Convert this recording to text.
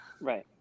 Right